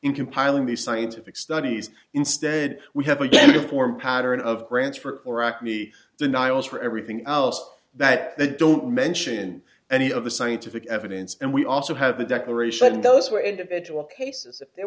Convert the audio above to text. in compiling these scientific studies instead we have again to form a pattern of grants for correct me denials for everything else that they don't mention any of the scientific evidence and we also have the declaration those were individual cases if there